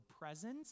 presence